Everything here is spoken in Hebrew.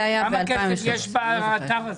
כמה כסף יש באתר הזה?